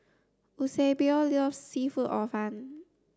Eusebio loves seafood Hor Fun